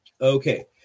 Okay